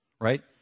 right